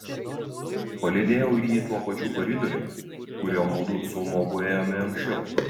palydėjau jį tuo pačiu koridoriumi kuriuo mudu su nobu ėjome anksčiau